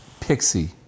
pixie